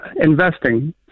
investing